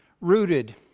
Rooted